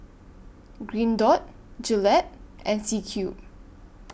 Green Dot Gillette and C Cube